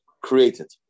created